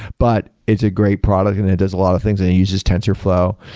but it's a great product and it does a lot of things and it uses tensorflow.